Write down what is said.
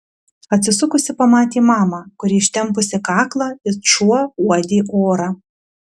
atsisukusi pamatė mamą kuri ištempusi kaklą it šuo uodė orą